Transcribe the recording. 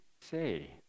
say